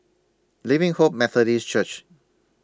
Living Hope Methodist Church